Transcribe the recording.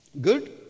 Good